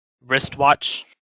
wristwatch